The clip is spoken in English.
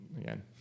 Again